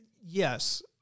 Yes